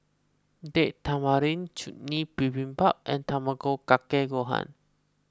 Date Tamarind Chutney Bibimbap and Tamago Kake Gohan